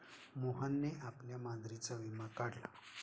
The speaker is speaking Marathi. मोहनने आपल्या मांजरीचा विमा काढला